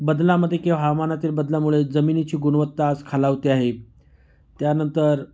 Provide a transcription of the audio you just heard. बदलामध्ये किंवा हवामानातील बदलामुळे जमिनीची गुणवत्ता आज खालावते आहे त्यानंतर